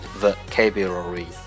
vocabulary